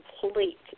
complete